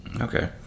Okay